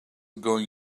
going